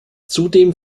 zudem